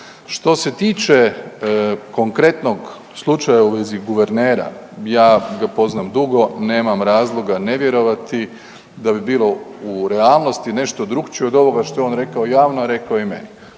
Što se tiče konkretnog slučaja u vezi guvernera, ja ga poznam dugo nemam razloga ne vjerovati da bi bilo u realnosti nešto drukčijoj od ovoga što je on rekao javno, a rekao je i meni.